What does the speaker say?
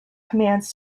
commands